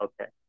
Okay